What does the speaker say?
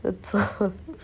that's all